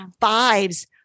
Fives